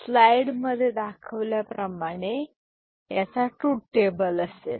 slide मध्ये दाखविल्याप्रमाणे truth table असेल